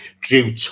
Drew